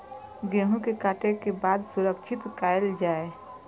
गेहूँ के काटे के बाद सुरक्षित कायल जाय?